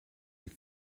his